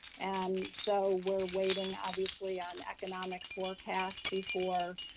and so we're waiting obviously on economic forecasts before